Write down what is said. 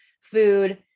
food